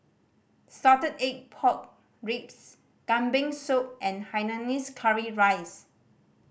salted egg pork ribs Kambing Soup and hainanese curry rice